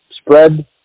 spread